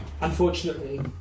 Unfortunately